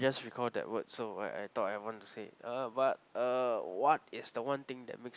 just recall that word so I I thought I want to say uh but uh what is the one thing that makes